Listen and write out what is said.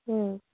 उम्